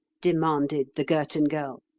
demanded the girton girl.